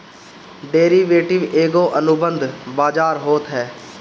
derivative एगो अनुबंध बाजार होत हअ